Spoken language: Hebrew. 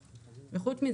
ובנוסף,